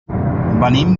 venim